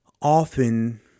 often